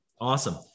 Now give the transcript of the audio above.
Awesome